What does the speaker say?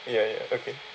ya ya okay